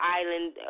island